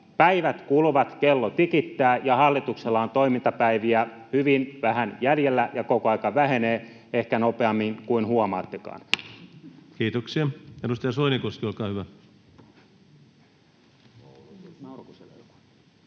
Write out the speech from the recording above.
päivät kuluvat, kello tikittää. Hallituksella on toimintapäiviä hyvin vähän jäljellä, ja ne koko ajan vähenevät, ehkä nopeammin kuin huomaattekaan. Kiitoksia. — Edustaja Soinikoski, olkaa hyvä. Arvoisa